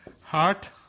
heart